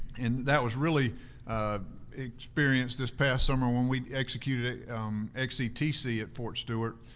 and that was really experienced this past summer when we executed xctc at fort stewart.